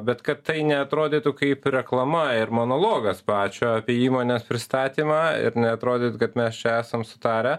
bet kad tai neatrodytų kaip reklama ir monologas pačio apie įmonės pristatymą ir neatrodė kad mes čia esam sutarę